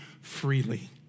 freely